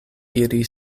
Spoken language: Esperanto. iri